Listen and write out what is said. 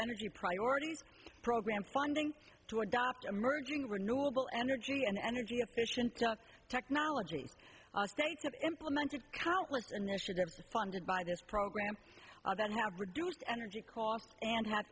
energy priorities program funding to adopt emerging renewable energy an energy efficient technology states have implemented countless initiatives funded by this program that have reduced energy costs and have